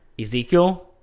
ezekiel